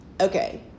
okay